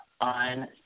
on